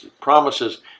promises